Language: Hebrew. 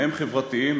מהם חברתיים,